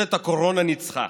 ממשלת הקורונה ניצחה.